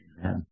Amen